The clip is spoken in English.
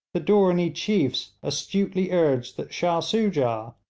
the dooranee chiefs astutely urged that shah soojah,